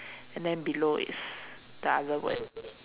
and then below is the other word